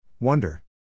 Wonder